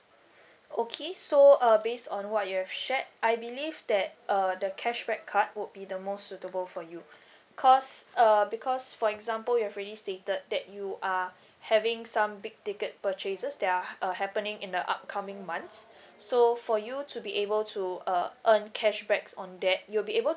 okay so uh based on what you have shared I believe that uh the cashback card would be the most suitable for you cause uh because for example you have already stated that you are having some big ticket purchases that are uh happening in the upcoming months so for you to be able to uh earn cashbacks on that you'll be able